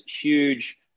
huge